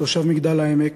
תושב מגדל-העמק,